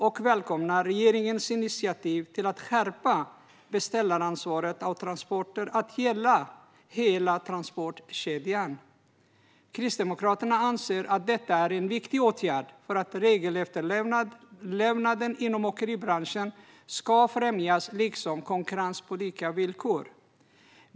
Vi välkomnar regeringens initiativ att skärpa beställaransvaret av transporter till att gälla hela transportkedjan. Kristdemokraterna anser att detta är en viktig åtgärd för att regelefterlevnaden inom åkeribranschen ska främjas, liksom för konkurrens på lika villkor.